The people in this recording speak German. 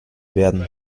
werden